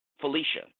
felicia